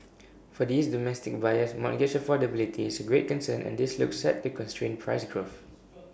for these domestic buyers mortgage affordability is A greater concern and this looks set to constrain price growth